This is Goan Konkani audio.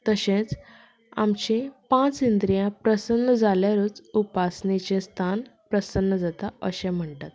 तशेंच आमची पांच इंद्रियां प्रसन्न जाल्यारूच उपासणेचें स्थान प्रसन्न जाता अशें म्हणटात